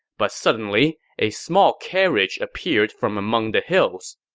but suddenly, a small carriage appeared from among the hills.